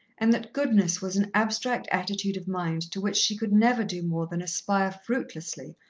and that goodness was an abstract attitude of mind to which she could never do more than aspire fruitlessly,